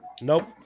Nope